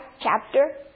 chapter